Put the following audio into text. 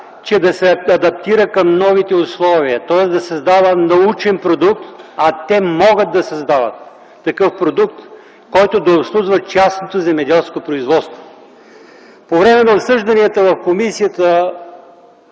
че да се адаптира към новите условия, тоест да създава научен продукт. А тя може да създава такъв продукт, който да обслужва частното земеделско производство. По време на обсъжданията в комисията